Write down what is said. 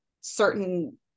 certain